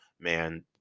man